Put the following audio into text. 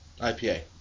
IPA